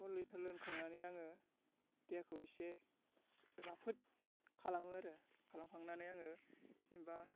four litre लोंखांनानै आङो देहाखौ एसे राफोद खालामो आरो खालामखांनानै आङो एबा